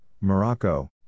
Morocco